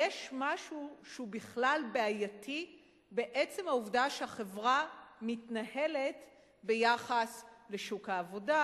יש משהו שהוא בכלל בעייתי בעצם העובדה שהחברה מתנהלת ביחס לשוק העבודה,